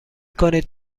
کنید